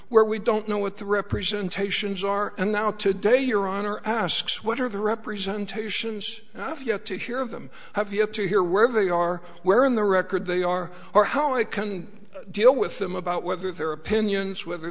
where we don't know what the representations are and now today your honor asks what are the representations and i have yet to hear of them have yet to hear where they are where in the record they are or how i can deal with them about whether their opinions whether